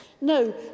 No